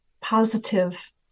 positive